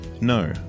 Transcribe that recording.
No